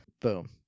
boom